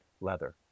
leather